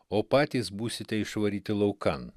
o patys būsite išvaryti laukan